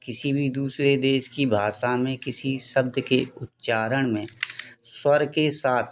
किसी भी दूसरे देश की भाषा में किसी शब्द के उच्चारण में स्वर के साथ